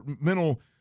mental